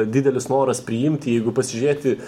didelis noras priimti jeigu pasižiūrėti